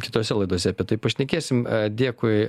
kitose laidose apie tai pašnekėsim dėkui